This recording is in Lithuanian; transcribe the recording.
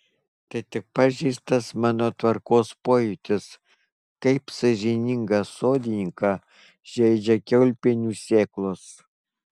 tai tik pažeistas mano tvarkos pojūtis kaip sąžiningą sodininką žeidžia kiaulpienių sėklos